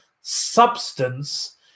substance